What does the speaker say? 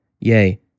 Yea